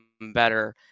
better